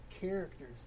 characters